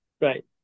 Right